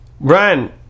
Brian